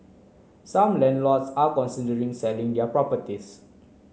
some landlords are considering selling their properties